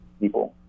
people